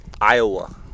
iowa